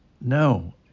no